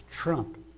trump